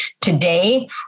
today